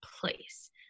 place